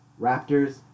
Raptors